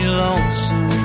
lonesome